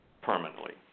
permanently